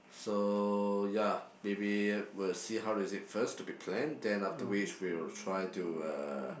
so ya maybe we'll see how is it first to be plan then after which we will try to uh